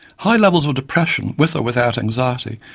high levels of depression, with or without anxiety,